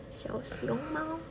小熊猫